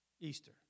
Easter